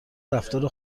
رفتار